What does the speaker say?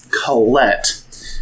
Colette